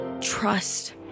trust